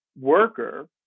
worker